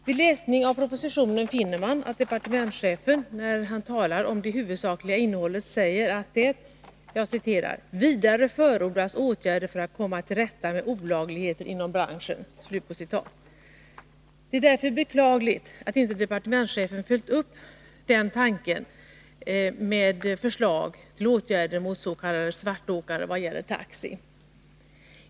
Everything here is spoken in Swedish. Vid läsning av propositionen finner man att departementschefen, när han talar om det huvudsakliga innehållet, säger: ”Vidare förordas åtgärder för att komma till rätta med olagligheter inom branschen.” Det är därför beklagligt att departementschefen inte har följt upp den tanken med förslag till åtgärder mot s.k. svartåkare vad gäller taxi.